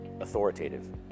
authoritative